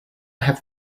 have